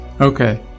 Okay